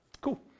Cool